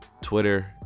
Twitter